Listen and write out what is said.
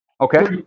Okay